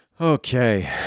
okay